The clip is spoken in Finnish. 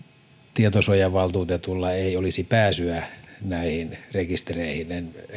tietosuojavaltuutetulla ei olisi pääsyä näihin rekistereihin